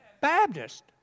Baptist